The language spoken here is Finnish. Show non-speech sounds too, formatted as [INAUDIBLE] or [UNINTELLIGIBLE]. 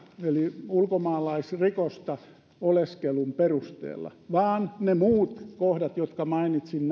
eli ulkomaalaisrikosta oleskelun perusteella vaan ne muut kohdat jotka mainitsin [UNINTELLIGIBLE]